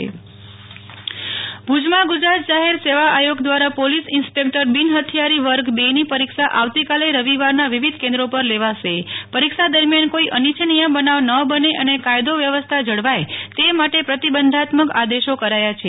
નેહ્લ ઠક્કર જાહેર સેવા આયોગ પરીક્ષા ભુજમાં ગુજરાત જાહેર સેવા આયોગ દ્વારા પોલીસ ઇન્સ્પેક્ટર બિન હથિયારધારી વર્ગ રની પરીક્ષા આવતીકાલે રવિવારના વિવિધ કેન્દ્રો પર લેવાશે પરીક્ષા દરમિયાન કોઇ અનીચ્છનીય બનાવ ન બને અને કા યદો વ્યવસ્થા જળવાય તે માટે પ્રતિબંધાત્મક આદેશો કરાયા છે